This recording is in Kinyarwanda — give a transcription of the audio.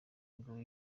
umugabo